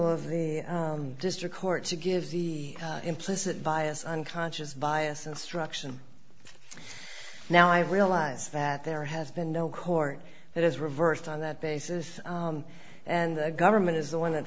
l of the district court to give the implicit bias unconscious bias instruction now i realize that there has been no court that has reversed on that basis and the government is the one that